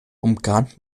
umgarnt